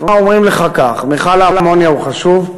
כלומר אומרים לך כך: מכל האמוניה הוא חשוב,